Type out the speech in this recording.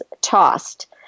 tossed